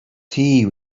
tea